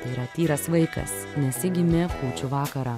tai yra tyras vaikas nes ji gimė kūčių vakarą